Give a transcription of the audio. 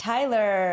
Tyler